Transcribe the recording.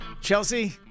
Chelsea